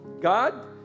God